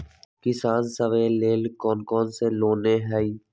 किसान सवे लेल कौन कौन से लोने हई?